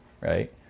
right